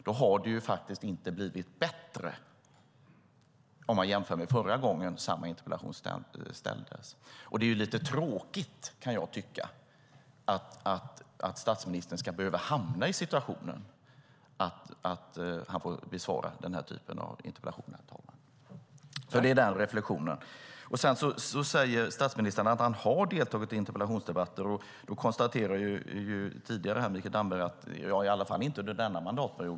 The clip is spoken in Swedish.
Då har det faktiskt inte blivit bättre, om man jämför med förra gången en sådan här interpellation ställdes. Det är lite tråkigt, kan jag tycka, att statsministern ska behöva hamna i den situationen att han får besvara den här typen av interpellationer. Det är en reflexion. Sedan säger statsministern att han har deltagit i interpellationsdebatter. Mikael Damberg konstaterade tidigare att det i alla fall inte har skett under denna mandatperiod.